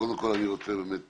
קודם כול אני רוצה באמת